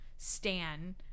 stan